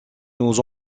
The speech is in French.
nous